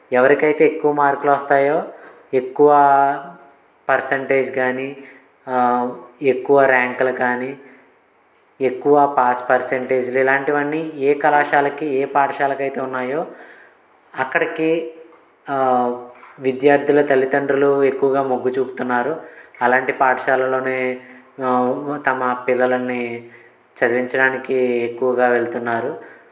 ఎవరికైతే ఎక్కువ మార్కులు వస్తాయో ఎక్కువ పర్సంటేజ్ కానీ ఎక్కువ ర్యాంకులు కానీ ఎక్కువ పాస్ పర్సంటేజ్ ఇలాంటివన్నీ ఏ కళాశాలకి ఏ పాఠశాలకైతే ఉన్నాయో అక్కడికి విద్యార్థుల తల్లిదండ్రులు ఎక్కువగా మోగ్గుచూపుతున్నారు అలాంటి పాఠశాలలోనే తమ పిల్లల్ని చదివించడానికి ఎక్కువగా వెళ్తున్నారు